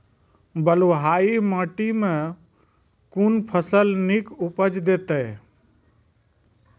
बलूआही माटि मे कून फसल नीक उपज देतै?